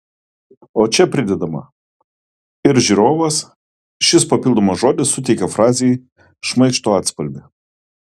o čia pridedama ir žiūrovas šis papildomas žodis suteikia frazei šmaikštų atspalvį